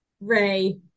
Ray